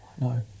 No